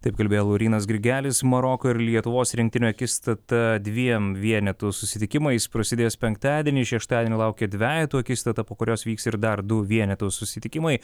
taip kalbėjo laurynas grigelis maroko ir lietuvos rinktinių akistata dviem vienetų susitikimais prasidės penktadienį šeštadienį laukia dvejetų akistata po kurios vyks ir dar du vienetų susitikimai